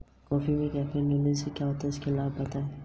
आधुनिक विपणन अवधारणा क्या है?